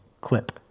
clip